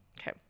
Okay